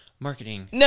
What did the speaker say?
marketing